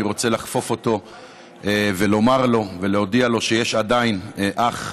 אני רוצה לחפוף אותו ולומר לו ולהודיע לו שיש עדיין אח,